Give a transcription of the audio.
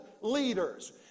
leaders